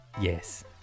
Yes